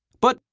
but,